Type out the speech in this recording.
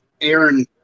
Aaron